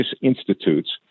institutes